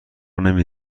نمی